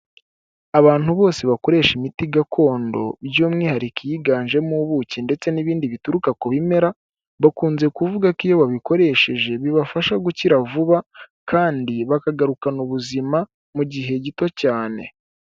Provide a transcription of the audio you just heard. Abantu bose bakoresha imiti gakondo by'umwihariko iyiganjemo ubuki ndetse n'ibindi bituruka ku bimera, bakunze kuvuga ko iyo babikoresheje bibafasha gukira vuba kandi bakagarukana ubuzima mu gihe gito cyane.